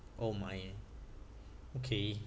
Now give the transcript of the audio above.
oh my okay